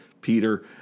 Peter